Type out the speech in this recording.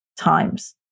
times